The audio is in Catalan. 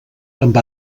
amb